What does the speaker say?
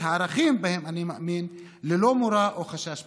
הערכים שבהם אני מאמין ללא מורא או חשש מענישה.